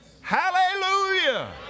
Hallelujah